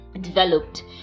developed